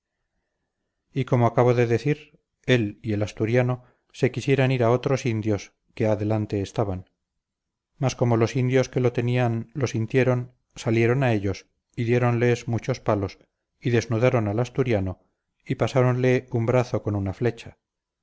y como acabo de decir él y el asturiano se quisieran ir a otros indios que adelante estaban mas como los indios que lo tenían lo sintieron salieron a ellos y diéronles muchos palos y desnudaron al asturiano y pasáronle un brazo con una flecha